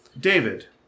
David